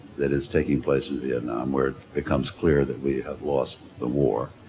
that is taking place in vietnam where it becomes clear that we have lost the war.